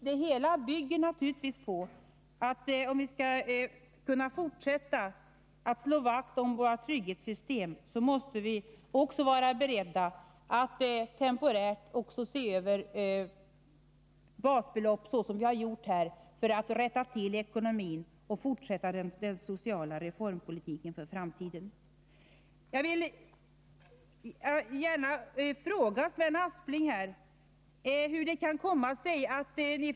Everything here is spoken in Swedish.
Det hela bygger naturligtvis på att om vi skall kunna fortsätta att slå vakt om vårt trygghetssystem måste vi också vara beredda att temporärt se över basbeloppet, såsom vi har gjort, för att rätta till ekonomin och fortsätta den sociala reformpolitiken. Jag vill gärna ställa en fråga till Sven Aspling.